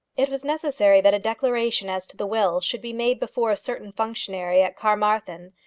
it was necessary that a declaration as to the will should be made before a certain functionary at carmarthen,